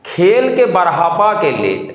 खेलके बढ़ेबाके लेल